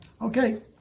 okay